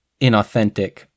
inauthentic